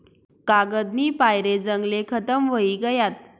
कागदनी पायरे जंगले खतम व्हयी गयात